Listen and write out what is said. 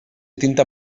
tinta